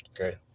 Okay